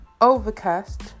Overcast